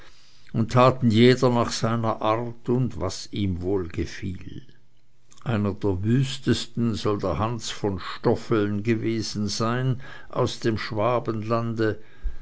und taten jeder nach seiner art und was ihm wohlgefiel einer der wüstesten soll der hans von stoffeln gewesen sein aus dem schwabenlande